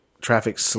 traffic